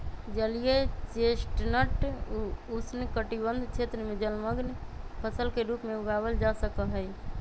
जलीय चेस्टनट उष्णकटिबंध क्षेत्र में जलमंग्न फसल के रूप में उगावल जा सका हई